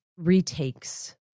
retakes